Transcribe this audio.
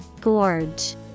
Gorge